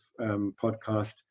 podcast